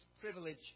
privilege